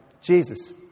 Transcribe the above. Jesus